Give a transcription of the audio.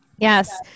Yes